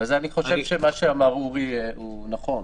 לכן, אני חושב שמה שאמר אורי הוא נכון.